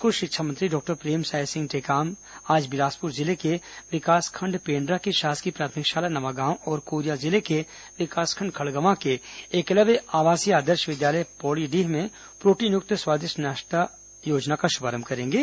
school शिक्षा मंत्री doctor Premsai Singh Tekam आज बिलासपुर जिले के विकासखण्ड पेण्ड्रा की शासकीय प्राथमिक शाला नवागांव और कोरिया जिले के विकासखण्ड खड़गवां के एकलव्य आवासीय आदर्श विद्यालय पोड़ीडीह में प्रोटीनयुक्त स्वादिष्ट नाश्ता योजना का शुभारंभ करेंगे